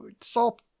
salt